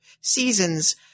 seasons